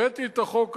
הבאתי את החוק הזה,